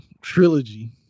trilogy